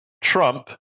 Trump